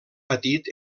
patit